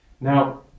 Now